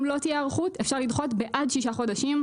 אם לא תהיה היערכות אפשר לדחות בעד שישה חודשים,